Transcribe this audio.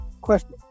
Question